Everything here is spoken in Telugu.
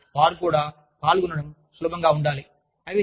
కాబట్టి వారు కూడా పాల్గొనడం సులభంగా ఉండాలి